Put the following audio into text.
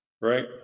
right